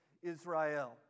Israel